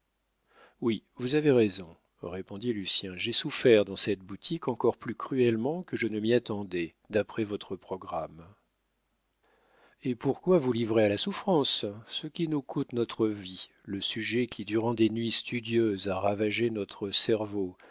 oui vous avez raison répondit lucien j'ai souffert dans cette boutique encore plus cruellement que je ne m'y attendais d'après votre programme et pourquoi vous livrer à la souffrance ce qui nous coûte notre vie le sujet qui durant des nuits studieuses a ravagé notre cerveau